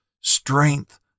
strength